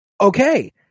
Okay